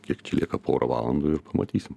kiek čia lieka porą valandų ir pamatysim